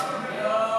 מי בעד?